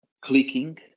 clicking